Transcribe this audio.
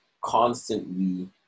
constantly